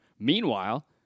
Meanwhile